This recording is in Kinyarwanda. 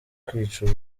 kwica